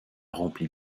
rempli